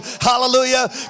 hallelujah